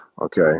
okay